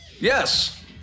Yes